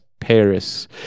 paris